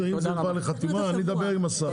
אם זה בא לחתימה, אני אדבר עם השר.